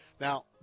Now